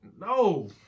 No